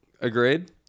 Agreed